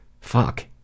Fuck